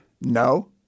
No